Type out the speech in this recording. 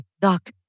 Doc